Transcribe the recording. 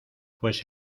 pues